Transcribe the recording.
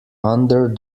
under